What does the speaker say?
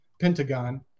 pentagon